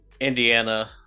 Indiana